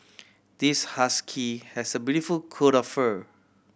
this husky has a beautiful coat of fur